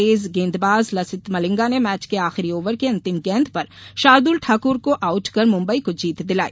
तेज गेंदबाज लसिथ मलिंगा ने मैच के आखिरी ओवर की अंतिम गेंद पर शार्दुल ठाकुर को आउट कर मुम्बई को जीत दिलाई